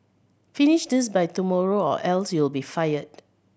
finish this by tomorrow or else you'll be fired